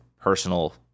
personal